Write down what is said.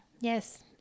Yes